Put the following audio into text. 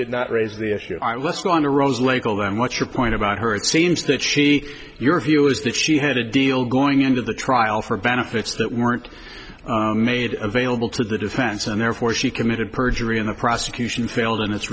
did not raise the issue i listed on the rose label then what's your point about her it seems that she your view was that she had a deal going into the trial for benefits that weren't made available to the defense and therefore she committed perjury in the prosecution failed in